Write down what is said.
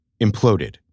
imploded